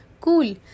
cool